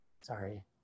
Sorry